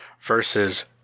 versus